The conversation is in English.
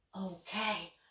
okay